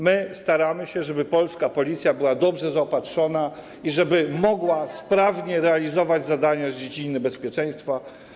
My staramy się, żeby polska Policja była dobrze zaopatrzona i żeby mogła sprawnie realizować zadania z dziedziny bezpieczeństwa.